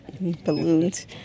balloons